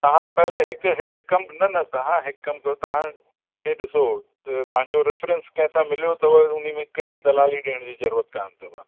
तव्हां पहिरीं हिक हिक कम न न तव्हां हिक कम कयो तव्हां हे ॾिसो मुंहिंजो रिफ़्रेंस कंहिंसां मिलियो अथव उनमें बि दलाली ॾियण जी जरूरत कोन्ह अथव